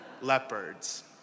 leopards